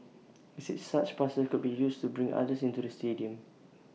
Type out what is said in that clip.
he said such passes could be used to bring others into the stadium